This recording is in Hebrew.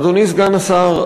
אדוני סגן השר,